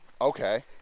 Okay